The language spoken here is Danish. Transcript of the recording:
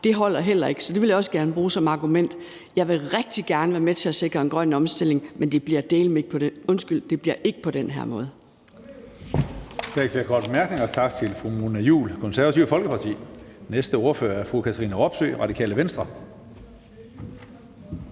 her område, heller ikke holder. Så det vil jeg også gerne bruge som argument. Jeg vil rigtig gerne være med til at sikre en grøn omstilling, men det bliver ikke på den her måde.